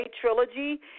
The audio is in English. Trilogy